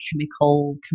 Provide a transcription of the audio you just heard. chemical